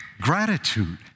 gratitude